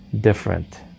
different